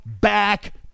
back